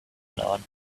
known